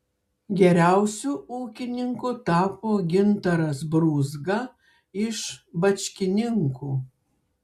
geriausiu ūkininku tapo gintaras brūzga iš bačkininkų